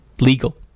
legal